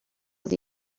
oedd